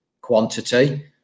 quantity